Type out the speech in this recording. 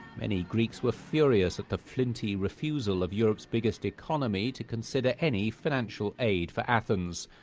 many greeks were furious at the flinty refusal of europe's biggest economy to consider any financial aid for athens.